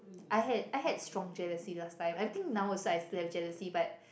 I had I had strong jealousy last time I think now I still have jealousy but